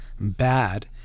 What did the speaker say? bad